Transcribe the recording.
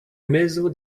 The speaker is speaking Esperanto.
mezo